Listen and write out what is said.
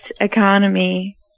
economy